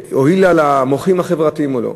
הועילה למוחים החברתיים או לא?